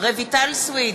רויטל סויד,